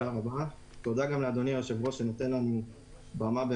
תודה לאדוני שנותן לנו במה כאן,